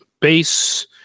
base